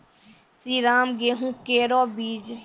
श्रीराम गेहूँ केरो बीज?